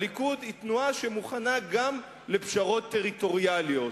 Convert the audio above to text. שזאת תנועה שמוכנה גם לפשרות טריטוריאליות.